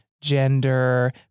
gender